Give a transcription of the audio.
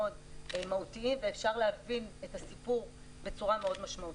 מהותיים ואפשר להבין את הסיפור בצורה מאוד משמעותית.